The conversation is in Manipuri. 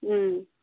ꯎꯝ